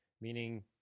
meaning